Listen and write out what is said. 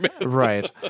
Right